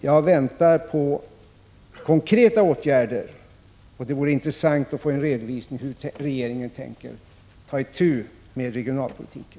Jag väntar på konkreta åtgärder, och det är angeläget att få en redovisning av hur regeringen tänker ta itu med regionalpolitiken.